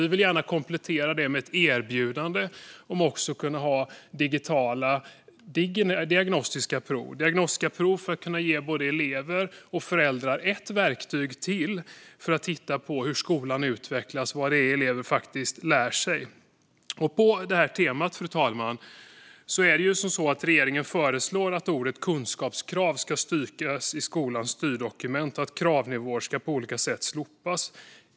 Vi vill gärna komplettera det med ett erbjudande om att också kunna ha digitala diagnostiska prov för att kunna ge både elever och föräldrar ett verktyg till för att titta på hur skolan utvecklas och vad elever faktiskt lär sig. På det här temat, fru talman, föreslår regeringen att ordet kunskapskrav ska strykas i skolans styrdokument och att kravnivåer på olika sätt ska slopas.